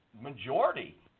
majority